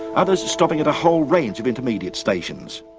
others stopping at a whole range of intermediate stations.